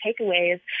takeaways